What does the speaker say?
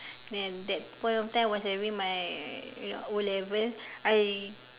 then that point of time was having my O level I